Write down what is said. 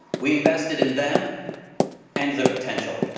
we invested in them and their potential.